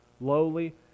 lowly